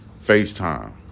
FaceTime